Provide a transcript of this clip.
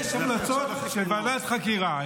יש המלצות של ועדת חקירה.